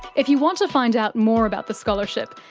if you want to find out more about the scholarship,